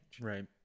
right